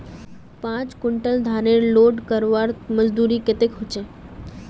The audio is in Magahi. पाँच कुंटल धानेर लोड करवार मजदूरी कतेक होचए?